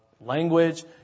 Language